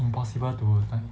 impossible to like